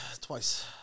Twice